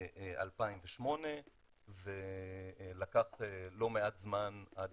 ב-2008 ולקח לא מעט זמן עד